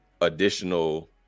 additional